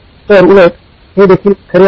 तर उलट हे देखील खरे आहे